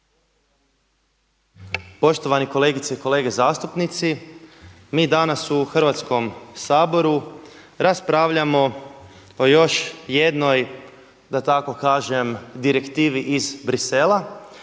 Poštovane kolegice i kolege zastupnici. Mi danas u Hrvatskom saboru raspravljamo o još jednoj da tako kažem direktivi iz Bruxellesa,